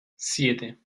siete